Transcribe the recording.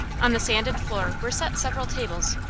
on the sanded floor were set several tables,